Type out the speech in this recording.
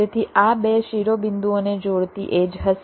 તેથી આ બે શિરોબિંદુઓને જોડતી એડ્જ હશે